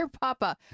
papa